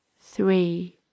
Three